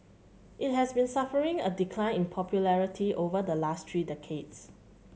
it has been suffering a decline in popularity over the last three decades